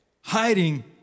hiding